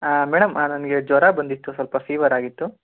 madam ನನಗೆ ಜ್ವರ ಬಂದಿತ್ತು ಸ್ವಲ್ಪ ಫೀವರ್ ಆಗಿತ್ತು